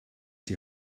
die